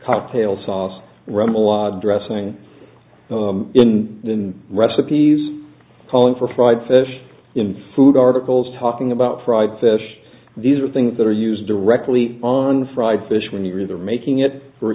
cocktail sauce ramel la dressing in the recipes calling for fried fish in food articles talking about fried fish these are things that are used directly on fried fish when you're either making it